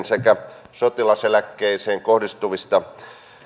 sekä sotilaseläkkeeseen kohdistuvista